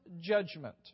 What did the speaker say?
judgment